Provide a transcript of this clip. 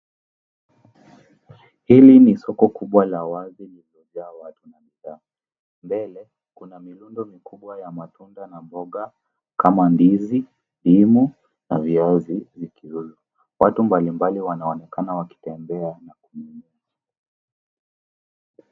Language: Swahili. Hili ni soko kubwa la wazi lililojaa watu na bidhaa. Mbele kuna mirundo mikubwa ya matunda na mboga kama ndizi, ndimu na viazi vikiuzwa. Watu mbalimbali wanaonekana wakitembea na kununua.